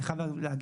אני חייב להגיד,